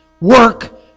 work